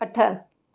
अठ